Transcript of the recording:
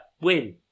win